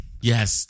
Yes